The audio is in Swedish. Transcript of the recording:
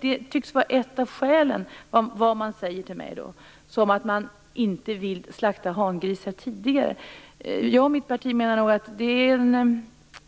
Det tycks vara ett av skälen, enligt vad man säger till mig, till att man inte vill slakta hangrisar tidigare. Jag och mitt parti menar nog att det är